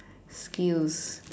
skills